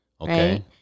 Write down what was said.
Okay